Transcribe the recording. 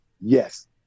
yes